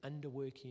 underworking